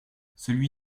celui